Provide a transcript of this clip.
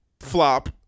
flop